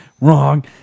wrong